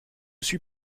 suis